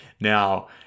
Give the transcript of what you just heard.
Now